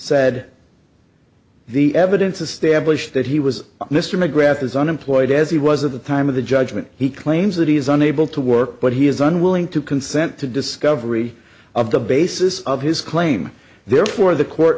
said the evidence establish that he was mr mcgrath is unemployed as he was of the time of the judgement he claims that he is unable to work but he is unwilling to consent to discovery of the basis of his claim therefore the court